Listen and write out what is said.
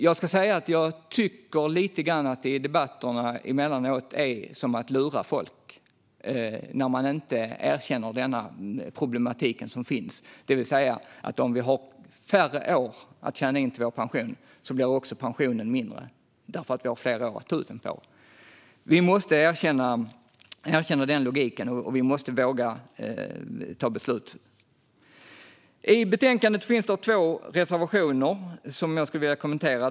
Jag tycker lite grann att det i debatterna emellanåt är som att lura folk när man inte erkänner denna problematik som finns, det vill säga att om vi har färre år att tjäna in pengar till vår pension blir också pensionen mindre för att vi har fler år att ta ut den på. Vi måste erkänna den logiken, och vi måste våga ta beslut. I betänkandet finns två reservationer som jag skulle vilja kommentera.